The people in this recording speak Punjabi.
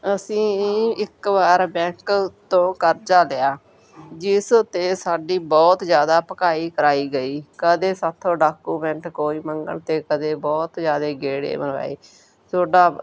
ਅਸੀਂ ਇੱਕ ਵਾਰ ਬੈਂਕ ਤੋਂ ਕਰਜ਼ਾ ਲਿਆ ਜਿਸ ਅਤੇ ਸਾਡੀ ਬਹੁਤ ਜ਼ਿਆਦਾ ਭਕਾਈ ਕਰਾਈ ਗਈ ਕਦੇ ਸਾਥੋਂ ਡਾਕੂਮੈਂਟ ਕੋਈ ਮੰਗਣ ਅਤੇ ਕਦੇ ਬਹੁਤ ਜ਼ਿਆਦਾ ਗੇੜੇ ਮਰਵਾਏ ਤੁਹਾਡਾ